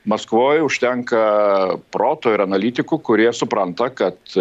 maskvoj užtenka proto ir analitikų kurie supranta kad